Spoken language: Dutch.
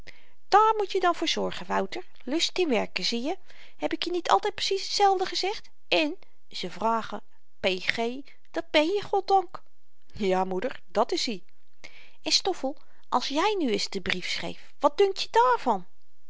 daar moet je dan voor zorgen wouter lust in werken zieje heb ik je niet altyd precies t zelfde gezegd en ze vragen p g dat ben je goddank ja moeder dat is-i en stoffel als jy nu eens den brief schreef wat dunkt je dààrvan